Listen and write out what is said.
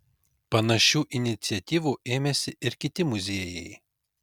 panašių iniciatyvų ėmėsi ir kiti muziejai